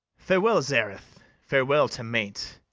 farewell, zaareth farewell, temainte.